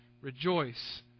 Rejoice